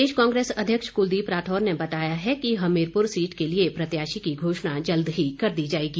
प्रदेश कांग्रेस अध्यक्ष कुलदीप राठौर ने बताया है कि हमीरपुर सीट के लिए प्रत्याशी की घोषणा जल्द ही कर दी जाएगी